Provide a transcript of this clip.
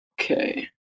Okay